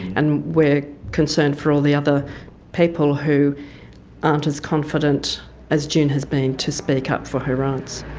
and we're concerned for all the other people who aren't as confident as june has been to speak up for her rights.